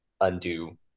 undo